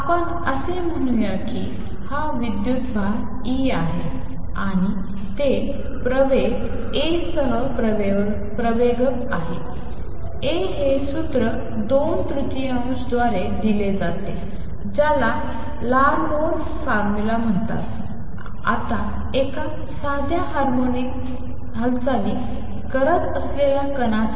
आपण असे म्हणूया की हा विद्युतभार ई आहे आणि ते प्रवेग a सह प्रवेगक आहे a हे सूत्र 2 तृतीयांश द्वारे दिले जाते ज्याला लारमोर फॉर्मुला म्हणतात आता एका साध्या हार्मोनिक हालचाली करत असलेल्या कणासाठी